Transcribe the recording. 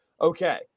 Okay